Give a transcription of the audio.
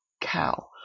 cow